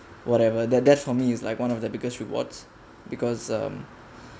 whatever that that for me is like one of the biggest rewards because um